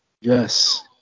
Yes